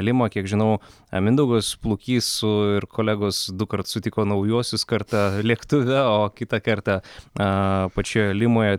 limą kiek žinau mindaugas plukys su ir kolegos dukart sutiko naujuosius kartą lėktuve o kitą kartą pačioje limoje